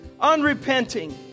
unrepenting